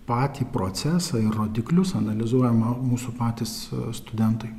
patį procesą ir rodiklius analizuojama mūsų patys studentai